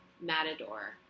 Matador